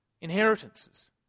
Inheritances